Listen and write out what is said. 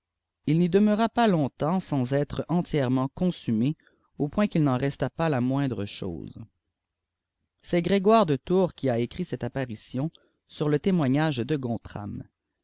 il n'y dettetira pas longtemps sans être eiâièrement cûnsumé j au point qii'il n'en resta pas la moindre chose c't grégoire de ttir ftii a écrit cette appathkmv tar le témoiage de